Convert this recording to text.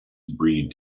breed